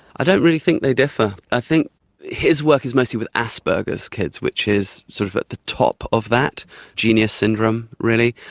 i don't really think they differ. i think his work is mostly with asperger's kids, which is sort of at the top of that genius syndrome really.